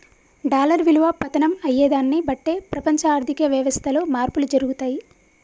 dollar విలువ పతనం అయ్యేదాన్ని బట్టే ప్రపంచ ఆర్ధిక వ్యవస్థలో మార్పులు జరుగుతయి